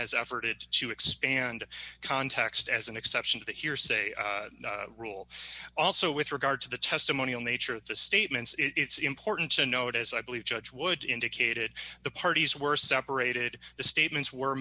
has offered it to expand context as an exception to the hearsay rule also with regard to the testimonial nature of the statements it's important to note as i believe judge would indicated the parties were separated the statements were